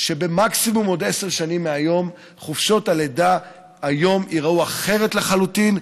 שמקסימום בעוד עשר שנים מהיום חופשות הלידה ייראו אחרת לחלוטין,